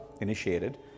initiated